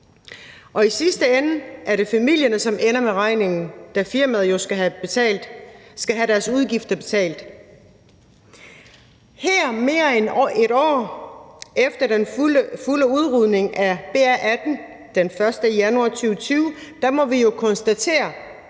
Og i sidste ende er det familierne, som ender med regningen, da firmaet jo skal have deres udgifter betalt. Her mere end et år efter den fulde udrulning af BR18 den 1. januar 2020 må vi jo konstatere,